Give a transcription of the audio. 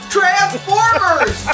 Transformers